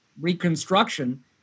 reconstruction